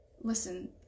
listen